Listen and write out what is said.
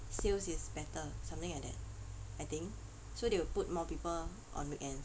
sales is better something like that I think so they would put more people on weekends